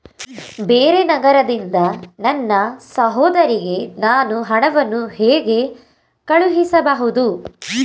ಬೇರೆ ನಗರದಿಂದ ನನ್ನ ಸಹೋದರಿಗೆ ನಾನು ಹಣವನ್ನು ಹೇಗೆ ಕಳುಹಿಸಬಹುದು?